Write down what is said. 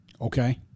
Okay